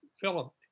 Philip